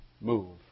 move